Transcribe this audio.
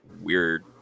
weird